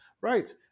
Right